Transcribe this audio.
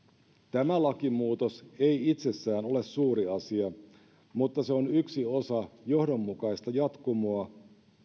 tämä lakimuutos ei itsessään ole suuri asia mutta se on yksi osa johdonmukaista jatkumoa